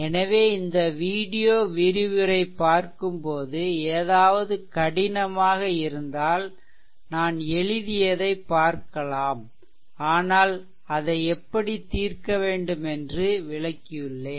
எனவே இந்த வீடியோ விரிவுரை பார்க்கும்போது ஏதாவது கடினமாக இருந்தால் நான் எழுதியதைப் பார்க்கலாம் ஆனால் அதை எப்படி தீர்க்க வேண்டும் என்று விளக்கியுள்ளேன்